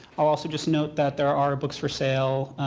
i'll also just note that there are books for sale,